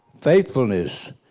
faithfulness